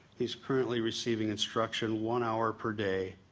he's currently receiving instruction one hour per day